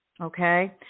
Okay